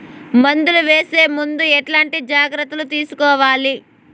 మందులు వేసే ముందు ఎట్లాంటి జాగ్రత్తలు తీసుకోవాలి?